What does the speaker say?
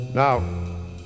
Now